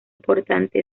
importante